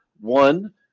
One